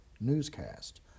newscast